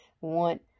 want